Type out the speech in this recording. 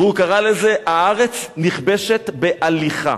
והוא קרא לזה: "הארץ נכבשת בהליכה".